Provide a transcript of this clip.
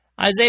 isaiah